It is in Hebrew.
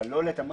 אבל לא לתמרץ.